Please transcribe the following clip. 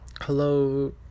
hello